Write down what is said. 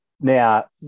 Now